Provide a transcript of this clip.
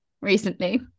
recently